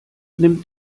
nimmt